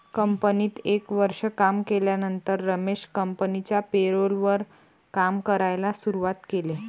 कंपनीत एक वर्ष काम केल्यानंतर रमेश कंपनिच्या पेरोल वर काम करायला शुरुवात केले